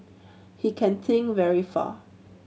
he can think very far